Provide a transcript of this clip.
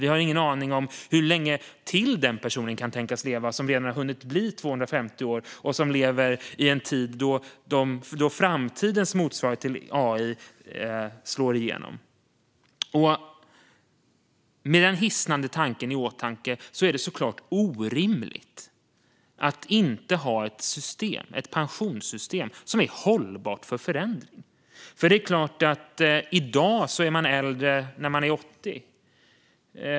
Vi har ingen aning om hur länge till den personen kan tänkas leva, som redan har hunnit bli 250 år och som lever i en tid då framtidens motsvarighet till AI slår igenom. I ljuset av denna hisnande tanke är det såklart orimligt att inte ha ett pensionssystem som är hållbart för förändring. I dag är man äldre när man är 80.